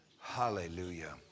Hallelujah